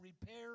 repair